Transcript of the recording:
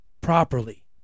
properly